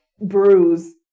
bruise